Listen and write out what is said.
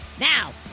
now